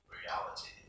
reality